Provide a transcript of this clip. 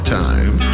time